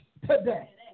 today